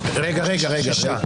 תחילתו של חוק-יסוד זה תותנה באישורו